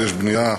ויש בנייה,